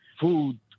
food